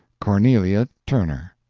cornelia turner.